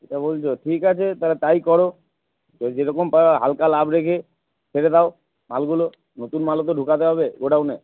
এটা বলছো ঠিক আছে তাহলে তাই করো যেরকম পারো হালকা লাভ রেখে ছেড়ে দাও মালগুলো নতুন মালও তো ঢোকাতে হবে গোডাউনে